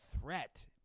threat